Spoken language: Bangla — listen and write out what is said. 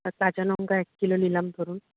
আর কাঁচা লঙ্কা এক কিলো নিলাম ধরুন